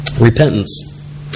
Repentance